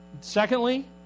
Secondly